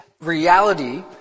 reality